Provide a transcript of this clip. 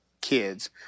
kids